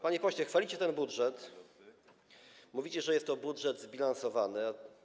Panie pośle, chwalicie ten budżet, mówicie, że jest to budżet zbilansowany.